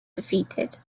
defeated